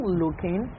looking